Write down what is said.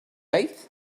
eighth